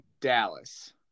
Dallas